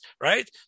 right